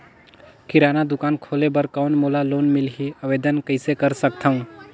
किराना दुकान खोले बर कौन मोला लोन मिलही? आवेदन कइसे कर सकथव?